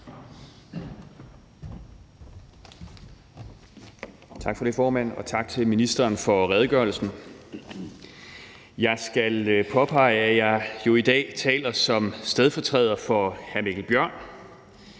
Tak for det, formand, og tak til ministeren for redegørelsen. Jeg skal påpege, at jeg jo i dag taler som stedfortræder for hr. Mikkel Bjørn.